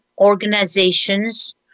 organizations